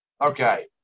Okay